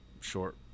short